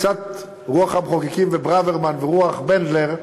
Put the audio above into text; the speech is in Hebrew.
קצת רוח המחוקקים וברוורמן ורוח בנדלר,